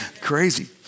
Crazy